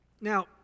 Now